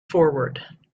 forward